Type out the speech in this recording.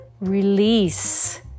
release